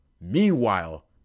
meanwhile